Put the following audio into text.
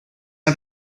han